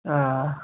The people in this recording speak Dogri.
हां